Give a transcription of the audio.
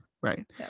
right